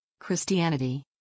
Christianity